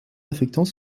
affectant